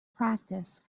practice